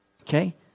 Okay